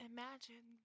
Imagine